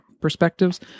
perspectives